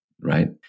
right